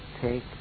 take